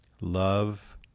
Love